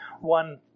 one